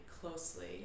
closely